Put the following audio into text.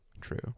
True